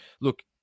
look